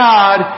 God